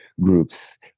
groups